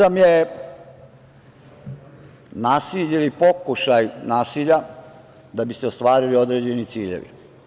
Terorizam je nasilje ili pokušaj nasilja da bi se ostvarili određeni ciljevi.